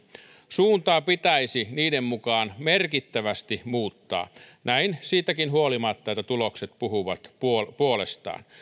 suuntaa pitäisi niiden mukaan merkittävästi muuttaa näin siitäkin huolimatta että tulokset puhuvat puolestaan